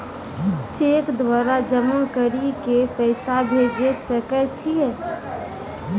Cheque द्वारा जमा करि के पैसा भेजै सकय छियै?